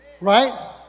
Right